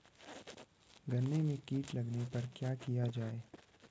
गन्ने में कीट लगने पर क्या किया जाये?